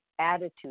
attitude